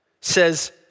says